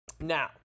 now